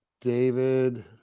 David